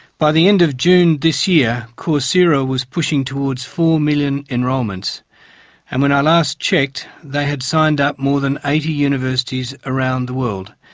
by the end of june this year, coursera was pushing towards four million enrolments and when i last checked they had signed up more than eighty universities around the world,